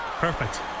Perfect